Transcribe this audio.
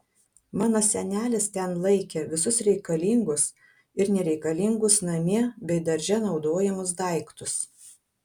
mano senelis ten laikė visus reikalingus ir nereikalingus namie bei darže naudojamus daiktus